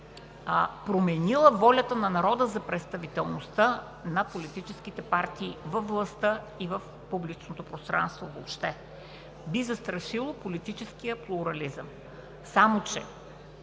променила волята на народа за представителността на политическите партии във властта и в публичното пространство въобще; би застрашило политическия плурализъм“. Само че